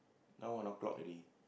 now one o-clock already